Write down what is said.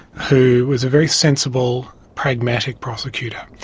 who was a very sensible, pragmatic prosecutor,